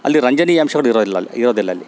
ಅಲ್ಲಿ ರಂಜನೀಯ ಅಂಶಗಳಿರೋದಿಲ್ಲ ಅಲ್ಲಿ ಇರೋದಿಲ್ಲ ಅಲ್ಲಿ